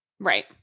Right